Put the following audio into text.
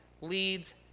Leads